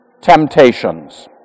temptations